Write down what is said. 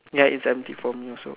ya its empty for me also